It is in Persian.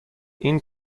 این